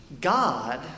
God